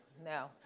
No